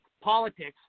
politics